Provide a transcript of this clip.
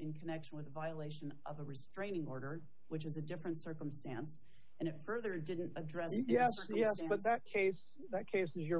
in connection with a violation of a restraining order which is a different circumstance and it further didn't address yeah yeah but that case that case that you're